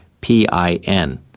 PIN